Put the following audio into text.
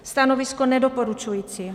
Stanovisko: nedoporučující.